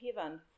heaven